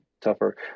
tougher